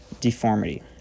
deformity